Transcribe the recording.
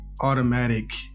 automatic